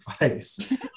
advice